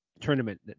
tournament